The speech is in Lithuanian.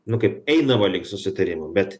nu kaip einama link susitarimų bet